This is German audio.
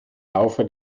laufe